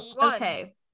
Okay